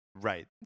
Right